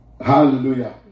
Hallelujah